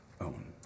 own